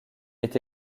est